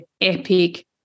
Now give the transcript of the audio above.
epic